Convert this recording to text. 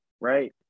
right